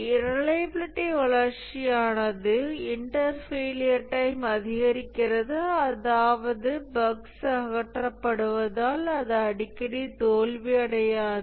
reliability வளர்ச்சியானது inter failure time அதிகரிக்கிறது அதாவது பஃக்ஸ் அகற்றப்படுவதால் அது அடிக்கடி தோல்வியடையாது